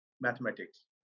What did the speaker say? mathematics